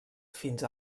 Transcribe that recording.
fins